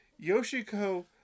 Yoshiko